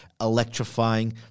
electrifying